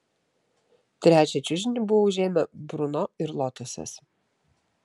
trečią čiužinį buvo užėmę bruno ir lotosas